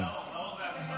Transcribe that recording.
נאור הוא הדובר הבא.